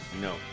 No